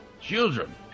Children